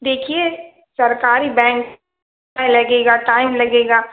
देखिए सरकारी बैंक में लगेगा टाइम लगेगा